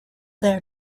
their